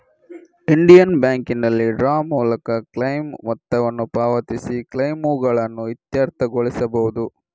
Indian ಬ್ಯಾಂಕಿನಲ್ಲಿ ಡ್ರಾ ಮೂಲಕ ಕ್ಲೈಮ್ ಮೊತ್ತವನ್ನು ಪಾವತಿಸಿ ಕ್ಲೈಮುಗಳನ್ನು ಇತ್ಯರ್ಥಗೊಳಿಸಬಹುದು